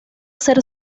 ser